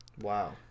Wow